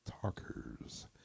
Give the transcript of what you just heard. Talkers